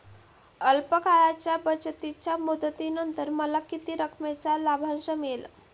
अल्प काळाच्या बचतीच्या मुदतीनंतर मला किती रकमेचा लाभांश मिळेल?